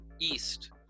east